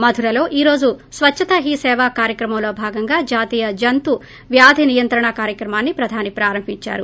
మధురలో ఈ రోజు స్వచ్చతా హీ సేవా కార్యక్రమంలో భాగంగా జాతీయప్రజంతు వ్యాధి నియంత్రణ కార్పక్టమాన్ని ప్రధాని ప్రారంభించారు